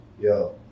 yo